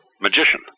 magician